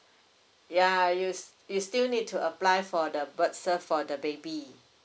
ya you s~ you still need to apply for the birth cert for the baby